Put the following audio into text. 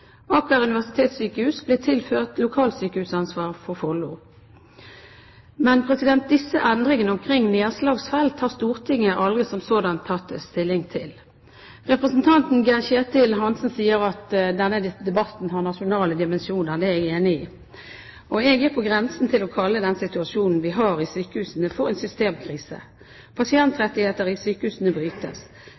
Aker universitetssykehus ble tilført lokalsykehusansvar for Follo. Men disse endringene omkring nedslagsfelt har Stortinget aldri som sådant tatt stilling til. Representanten Geir-Ketil Hansen sier at denne debatten har nasjonale dimensjoner. Det er jeg enig i. Jeg er på grensen til å kalle den situasjonen vi nå har i sykehusene, for en systemkrise. Pasientrettigheter i sykehusene brytes.